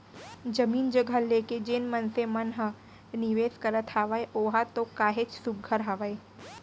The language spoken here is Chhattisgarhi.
जमीन जघा लेके जेन मनसे मन ह निवेस करत हावय ओहा तो काहेच सुग्घर हावय